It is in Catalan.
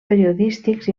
periodístics